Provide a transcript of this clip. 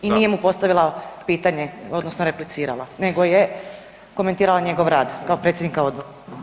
I nije mu postavila pitanje odnosno replicirala, nego je komentirala njegov rad kao predsjednika Odbora.